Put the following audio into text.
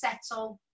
settle